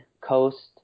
coast